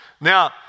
Now